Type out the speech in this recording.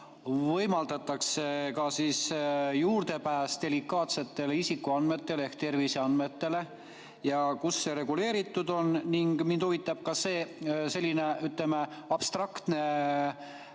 võimaldatakse ka juurdepääs delikaatsetele isikuandmetele ehk terviseandmetele ja kus see reguleeritud on. Ning mind huvitab ka selline, ütleme, abstraktne